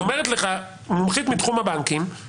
ואומרת לך מומחית מתחום הבנקים: